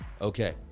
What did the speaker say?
Okay